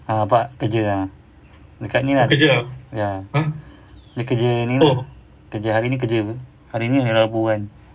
ah bapak kerja ah dekat ni lah iya dia kerja ni lah hari ni kerja [pe] hari ni hari rabu kan